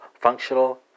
functional